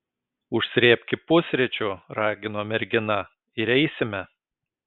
užsrėbki pusryčių ragino mergina ir eisime